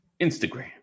Instagram